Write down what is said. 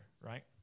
right